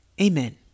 Amen